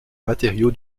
matériau